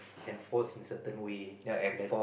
enforce in certain way let